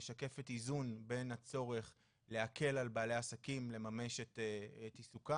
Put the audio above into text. העבודה משקפת איזון בין הצורך להקל על בעלי העסקים לממש את עיסוקים,